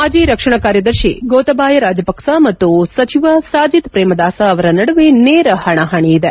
ಮಾಜಿ ರಕ್ಷಣಾ ಕಾರ್ಯದರ್ಶಿ ಗೊತಬಾಯ ರಾಜಪಕ್ಷ ಮತ್ತು ಸಚಿವ ಸಾಜಿತ್ ಪ್ರೇಮದಾಸ ಅವರ ನಡುವೆ ನೇರ ಹಣಾಹಣಿ ಇದೆ